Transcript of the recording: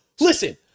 Listen